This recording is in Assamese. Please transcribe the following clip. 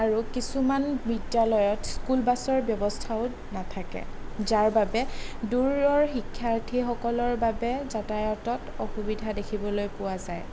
আৰু কিছুমান বিদ্যালয়ত স্কুল বাছৰ ব্যৱস্থাও নাথাকে যাৰ বাবে দূৰৰ শিক্ষাৰ্থীসকলৰ বাবে যাতায়তত অসুবিধা দেখিবলৈ পোৱা যায়